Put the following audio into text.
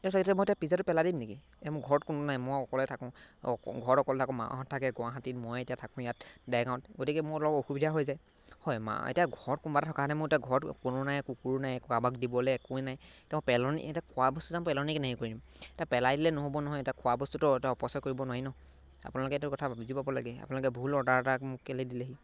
এতিয়া মই এতিয়া পিজ্জাটো পেলাই দিম নেকি এই মোৰ ঘৰত কোনো নাই মই অকলে থাকোঁ ঘৰত অকলে থাকোঁ মাহঁত থাকে গুৱাহাটীত মই এতিয়া থাকোঁ ইয়াত ডেৰগাঁৱত গতিকে মোৰ অলপ অসুবিধা হৈ যায় হয় মা এতিয়া ঘৰত কোনোবা এটা থকা মই এতিয়া ঘৰত কোনো নাই কুকুৰো নাই কাৰোবাক দিবলৈ একোৱেই নাই এতিয়া মই পেলনী এতিয়া খোৱা বস্তু এটা মই পেলনী কেনেকৈ কৰিম এতিয়া পেলাই দিলে নহ'ব নহয় এতিয়া খোৱা বস্তুটো এতিয়া অপচাৰ কৰিব নোৱাৰি ন আপোনালোকে এইটো কথা বুজি পাব লাগে আপোনালোকে ভুল অৰ্ডাৰ এটা মোক কেলেই দিলেহি